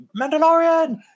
Mandalorian